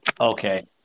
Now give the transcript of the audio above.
Okay